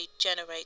generate